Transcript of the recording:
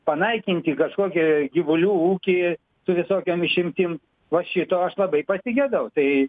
panaikinti kažkokį gyvulių ūkį su visokiom išimtim va šito aš labai pasigedau tai